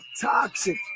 Toxic